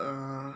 uh